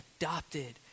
adopted